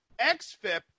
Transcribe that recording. XFIP